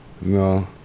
No